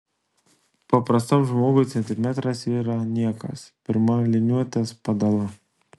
paprastam žmogui centimetras yra niekas pirma liniuotės padala